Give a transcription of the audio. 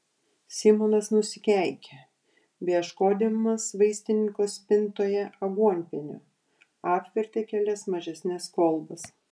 simonas nusikeikė beieškodamas vaistininko spintoje aguonpienio apvertė kelias mažesnes kolbas